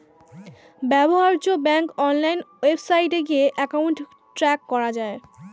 ব্যবহার্য bank online ওয়েবসাইটে গিয়ে অ্যাকাউন্ট ট্র্যাক করা যায়